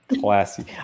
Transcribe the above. Classy